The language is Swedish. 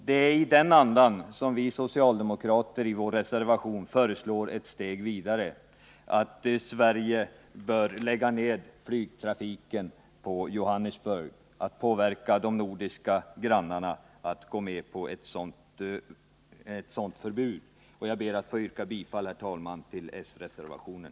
Det är i den andan som vi socialdemokrater i vår reservation föreslår att vi skall gå ett steg vidare, att Sverige bör lägga ned flygtrafiken på Johannesburg och påverka de nordiska grannarna att gå med på ett sådant förbud. Jag ber att få yrka bifall till den socialdemokratiska reservationen.